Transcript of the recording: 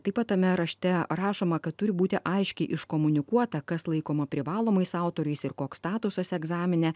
taip pat tame rašte rašoma kad turi būti aiškiai iškomunikuota kas laikoma privalomais autoriais ir koks statusas egzamine